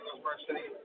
University